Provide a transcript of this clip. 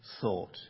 thought